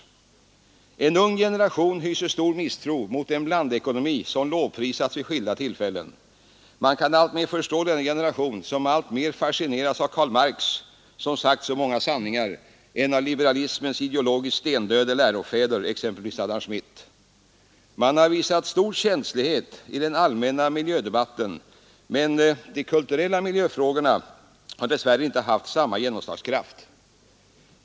En ung generation hyser stor misstro mot den blandekonomi som lovprisats vid skilda tillfällen. Man kan förstå denna generation som mer fascineras av Karl Marx, som sagt så många sanningar, än av liberalismens ideologiskt stendöda lärofäder, exempelvis Adam Smith. Man har visat stor känslighet i den allmänna miljödebatten, men de kulturella miljöfrå gorna har dess värre inte haft samma genomslagskraft.